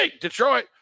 Detroit